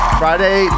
friday